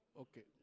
Okay